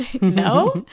no